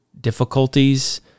difficulties